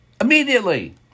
immediately